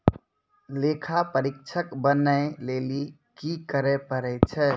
लेखा परीक्षक बनै लेली कि करै पड़ै छै?